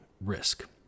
risk